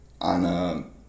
on